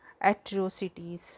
atrocities